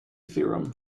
theorem